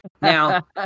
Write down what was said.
Now